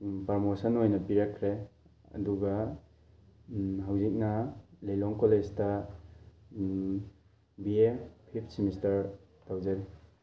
promotion ꯑꯣꯏꯅ ꯄꯤꯔꯛꯈ꯭ꯔꯦ ꯑꯗꯨꯒ ꯍꯧꯖꯤꯛꯅ ꯂꯤꯂꯣꯡ ꯀꯣꯂꯦꯖꯇ ꯕꯤ ꯑꯦ ꯐꯤꯞ ꯁꯦꯃꯤꯁꯇꯔ ꯇꯧꯖꯔꯤ